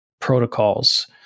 protocols